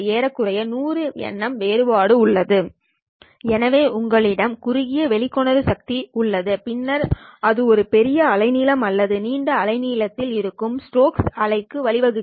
ஏறக்குறைய 100 nm வேறுபாடு உள்ளது எனவே உங்களிடம் குறுகிய வெளிக்கொணரும் சக்தி உள்ளது பின்னர் அது ஒரு பெரிய அலைநீளம் அல்லது நீண்ட அலைநீளத்தில் இருக்கும் ஸ்டோக்ஸ் அலைக்குவழிவகுக்கும்